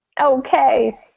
Okay